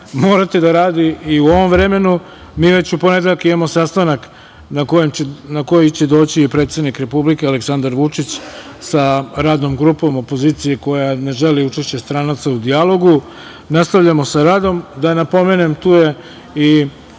morati da radi i u ovom vremenu. Mi već u ponedeljak imamo sastanak na koji će doći i predsednik Republike Aleksandar Vučić sa radnom grupom opozicije koja ne želi učešće stranaca u dijalogu. Nastavljamo sa radom. Da napomenem, tu je i